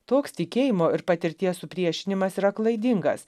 toks tikėjimo ir patirties supriešinimas yra klaidingas